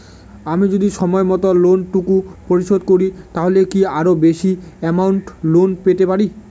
আমি যদি সময় মত লোন টুকু পরিশোধ করি তাহলে কি আরো বেশি আমৌন্ট লোন পেতে পাড়ি?